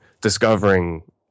discovering